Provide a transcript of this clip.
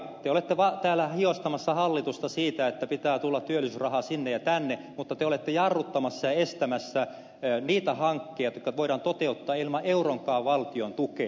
te olette täällä hiostamassa hallitusta siitä että pitää tulla työllisyysrahaa sinne ja tänne mutta te olette jarruttamassa ja estämässä niitä hankkeita jotka voidaan toteuttaa ilman valtion euronkaan tukea